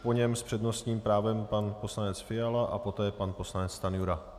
Po něm s přednostním právem pan poslanec Fiala a poté pan poslanec Stanjura.